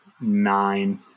nine